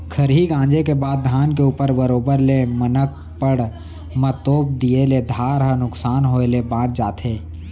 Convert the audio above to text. खरही गॉंजे के बाद धान के ऊपर बरोबर ले मनकप्पड़ म तोप दिए ले धार ह नुकसान होय ले बॉंच जाथे